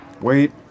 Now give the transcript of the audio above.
Wait